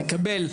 נקבל,